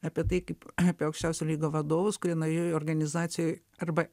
apie tai kaip apie aukščiausio lygio vadovus kurie naujoj organizacijoj arba